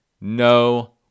No